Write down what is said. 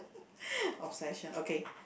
obsession okay